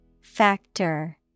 Factor